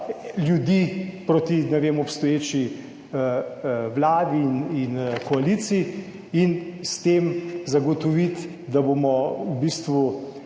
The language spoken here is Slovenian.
ljudi proti, ne vem, obstoječi Vladi in koaliciji, in s tem zagotoviti, da bomo v bistvu